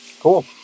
Cool